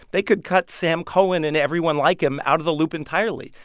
they could cut sam cohen and everyone like him out of the loop entirely.